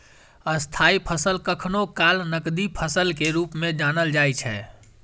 स्थायी फसल कखनो काल नकदी फसल के रूप मे जानल जाइ छै